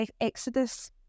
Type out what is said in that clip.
exodus